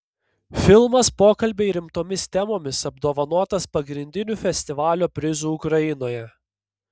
filmas pokalbiai rimtomis temomis apdovanotas pagrindiniu festivalio prizu ukrainoje